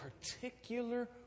particular